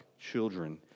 children